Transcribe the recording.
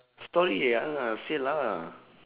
storey eh ya lah say lah